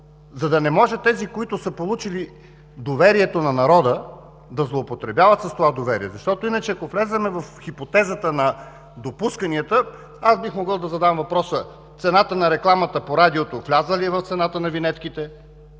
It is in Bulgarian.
за да не може тези, които са получили доверието на народа, да злоупотребяват с това доверие. Иначе, ако влезем на хипотезата на допусканията, бих могъл да задам въпроса: „Цената на рекламата по радиото влязла ли е в цената на винетките?